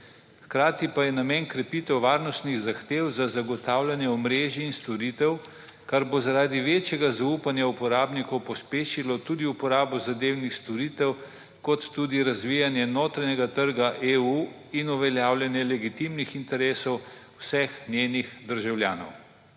Hkrati pa je namen krepitev varnostnih zahtev za zagotavljanje omrežij in storitev, kar bo zaradi večjega zaupanja uporabnikov pospešilo tudi uporabo zadevnih storitev kot tudi razvijanje notranjega trga EU in uveljavljanje legitimnih interesov vseh njenih državljanov.